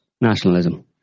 nationalism